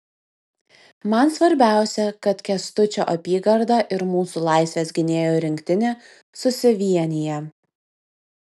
man svarbiausia kad kęstučio apygarda ir mūsų laisvės gynėjų rinktinė susivienija